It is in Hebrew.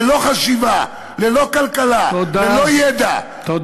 ללא חשיבה, ללא כלכלה, ללא ידע, תודה.